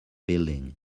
building